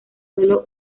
solo